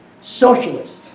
Socialist